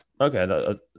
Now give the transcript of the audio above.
Okay